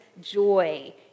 joy